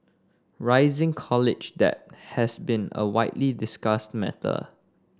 rising college debt has been a widely discussed matter